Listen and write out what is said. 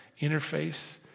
interface